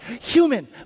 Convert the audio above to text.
Human